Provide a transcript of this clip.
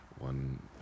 One